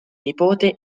nipote